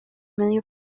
medio